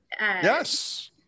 yes